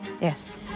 Yes